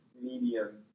medium